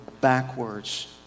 backwards